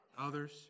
others